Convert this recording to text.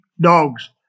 dogs